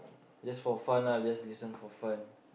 just for fun lah just listen for fun